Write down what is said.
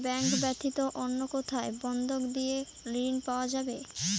Bank ব্যাতীত অন্য কোথায় বন্ধক দিয়ে ঋন পাওয়া যাবে?